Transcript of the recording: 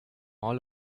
all